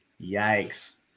Yikes